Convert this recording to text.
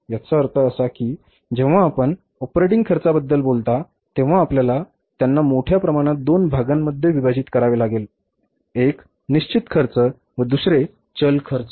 याचा अर्थ असा की जेव्हा आपण ऑपरेटिंग खर्चाबद्दल बोलता तेव्हा आपल्याला त्यांना मोठ्या प्रमाणात दोन भागांमध्ये विभाजित करावे लागेल एक निश्चित खर्च व दुसरे चल खर्च